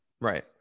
Right